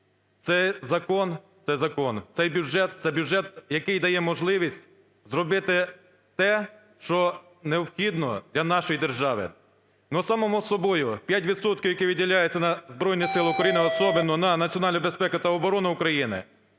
бюджет – це бюджет, який дає можливість зробити те, що необхідно для нашої держави. Само собою 5 відсотків, які виділяються на Збройні Сили України, особенно на національну безпеку та оборону України,